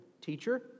Teacher